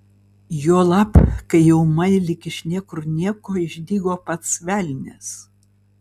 juolab kai ūmai lyg iš niekur nieko išdygo pats velnias